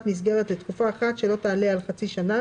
מסגרת לתקופה אחת שלא תעלה על חצי שנה,